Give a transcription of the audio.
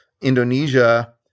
Indonesia